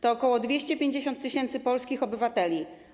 To ok. 250 tys. polskich obywateli.